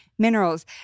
Minerals